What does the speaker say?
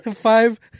five